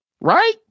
right